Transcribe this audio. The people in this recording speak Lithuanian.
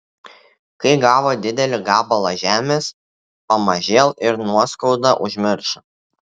kai gavo didelį gabalą žemės pamažėl ir nuoskaudą užmiršo